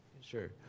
Sure